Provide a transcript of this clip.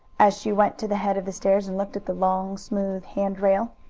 as she went to the head of the stairs, and looked at the long, smooth hand-rail.